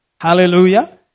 Hallelujah